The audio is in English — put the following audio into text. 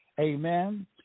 amen